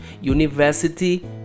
university